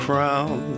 crown